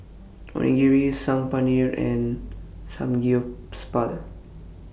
Onigiri Saag Paneer and Samgyeopsal